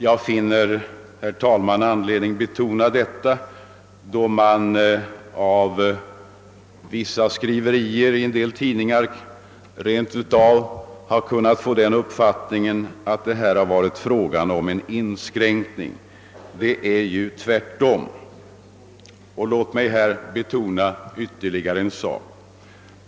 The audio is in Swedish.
Jag finner det, herr talman, angeläget att betona detta, då man av vissa skriverier i en del tidningar rent av har kunnat få den uppfattningen att här har varit fråga om en inskränkning. Det är ju tvärtom fråga om en utvidgning. Låt mig här betona ytterligare en sak.